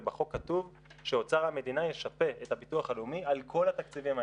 ובחוק כתוב שאוצר המדינה ישפה את הביטוח הלאומי על כל התקציבים האלה.